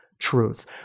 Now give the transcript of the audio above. truth